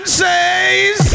says